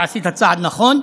ועשית צעד נכון,